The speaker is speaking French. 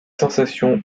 sensation